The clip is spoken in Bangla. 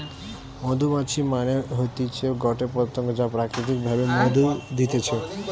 মধুমাছি মানে হতিছে গটে পতঙ্গ যা প্রাকৃতিক ভাবে মধু দিতেছে